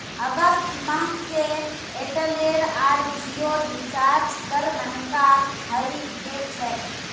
अगस्त माह स एयरटेल आर जिओर रिचार्ज दर महंगा हइ गेल छेक